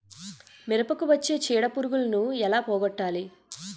మిరపకు వచ్చే చిడపురుగును ఏల పోగొట్టాలి?